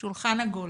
שולחן עגול